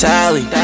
Tally